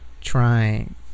trying